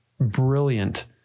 brilliant